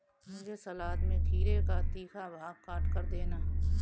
मुझे सलाद में खीरे का तीखा भाग काटकर देना